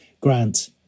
Grant